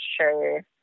sure